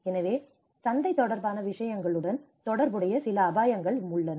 எனவே சந்தை தொடர்பான விஷயங்களுடன் தொடர்புடைய சில அபாயங்களும் உள்ளன